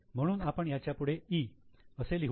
म्हणून आपण त्याच्यापुढे 'E' असे लिहू